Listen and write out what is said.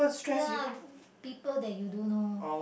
ya the people that you don't know